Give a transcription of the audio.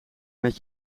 met